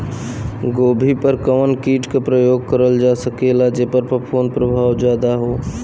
गोभी पर कवन कीट क प्रयोग करल जा सकेला जेपर फूंफद प्रभाव ज्यादा हो?